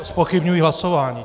Zpochybňuji hlasování.